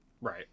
right